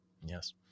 yes